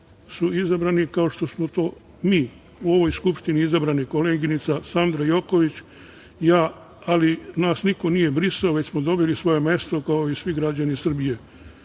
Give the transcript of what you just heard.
su izabrani kao što smo to mi u ovoj Skupštini izabrani, koleginica Sandra Joković, ja, ali nas niko nije brisao, već smo dobili svoje mesto kao i svi građani Srbije.